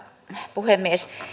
puhemies